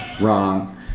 Wrong